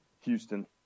Houston